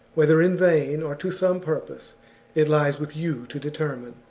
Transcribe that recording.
whether in vain or to some purpose it lies with you to determine.